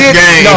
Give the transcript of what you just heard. game